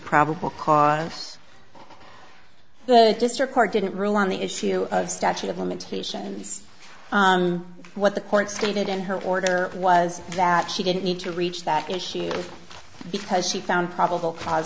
probable cause the district court didn't rule on the issue of statute of limitations on what the court stated in her order was that she didn't need to reach that issue because she found probable cause